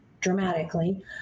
dramatically